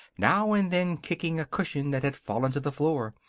now and then kicking a cushion that had fallen to the floor.